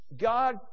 God